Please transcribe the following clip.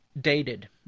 dated